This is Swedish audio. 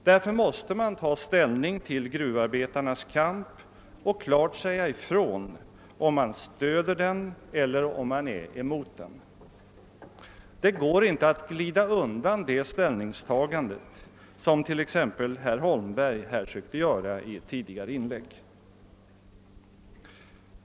Därför måste man ta ställning till gruvarbetarnas kamp och klart säga ifrån om man stöder den eller om man är emot den. Det går inte att glida undan det ställningstagandet som t.ex. herr Holmberg försökte göra i ett tidigare inlägg.